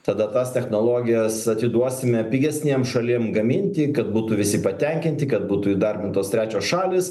tada tas technologijas atiduosime pigesnėm šalim gaminti kad būtų visi patenkinti kad būtų įdarbintos trečios šalys